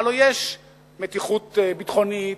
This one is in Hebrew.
הלוא יש מתיחות ביטחונית,